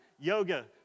yoga